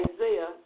Isaiah